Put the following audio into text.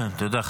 תודה.